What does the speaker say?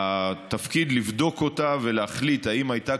תפקידה לבדוק אותה ולהחליט אם הייתה